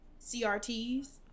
CRTs